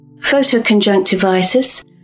photoconjunctivitis